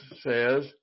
says